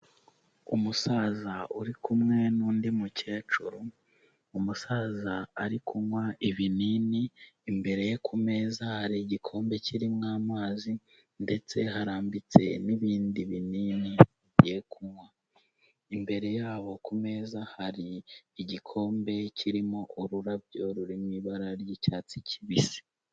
Umusaza uri kumwe n'undi mukecuru, umusaza ari kunywa ibinini, imbere ye ku meza hari igikombe kirimo amazi ndetse harambitse n'ibindi binini agiye kunywa. Imbere yabo ku meza hari igikombe kirimo ururabyo ruri mu ibara ry'icyatsi kibisi.